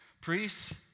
Priests